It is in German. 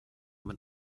mit